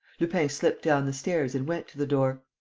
lupin slipped down the stairs and went to the door.